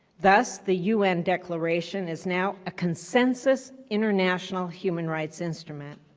thus the un declaration is now a consensus international human rights instrument.